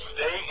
Stay